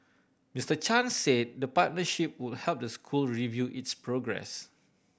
Mister Chan say the partnership would help the school review its progress